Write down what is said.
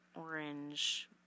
orange